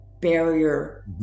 barrier